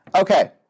Okay